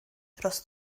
dros